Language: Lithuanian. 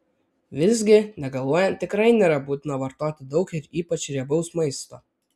visgi negaluojant tikrai nėra būtina vartoti daug ir ypač riebaus maisto